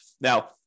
Now